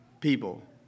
people